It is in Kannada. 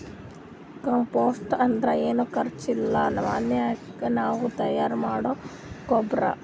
ಕಾಂಪೋಸ್ಟ್ ಅಂದ್ರ ಏನು ಖರ್ಚ್ ಇಲ್ದೆ ಮನ್ಯಾಗೆ ನಾವೇ ತಯಾರ್ ಮಾಡೊ ಗೊಬ್ರ